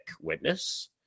witness